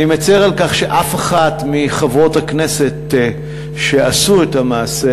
אני מצר על כך שאף אחת מחברות הכנסת שעשו את המעשה